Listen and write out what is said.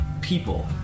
people